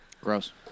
Gross